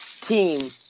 team